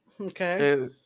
Okay